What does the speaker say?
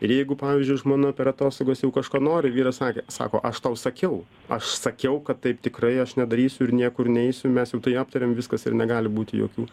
ir jeigu pavyzdžiui žmona per atostogas jau kažko nori vyras sakė sako aš tau sakiau aš sakiau kad taip tikrai aš nedarysiu ir niekur neisiu mes jau tai aptarėm viskas ir negali būti jokių